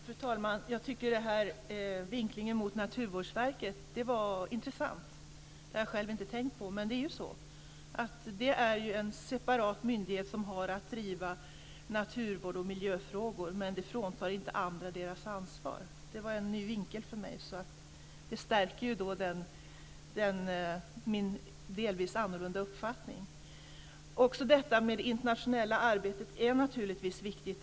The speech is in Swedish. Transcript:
Fru talman! Jag tycker att vinklingen mot Naturvårdsverket var intressant. Jag har själv inte tänkt på det. Men det är ju en separat myndighet, som har att driva naturvård och miljöfrågor, men det fråntar inte andra deras ansvar. Det var en ny vinkel för mig, och det stärker min delvis annorlunda uppfattning. Också detta med det internationella arbetet är naturligtvis viktigt.